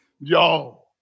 Yo